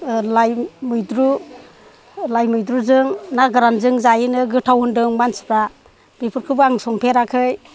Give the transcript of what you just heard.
लाइ मैद्रु लाइ मैद्रुजों ना गोरानजों जायो नो गोथाव होनदों मानसिफ्रा बेफोरखौबो आं संफेराखै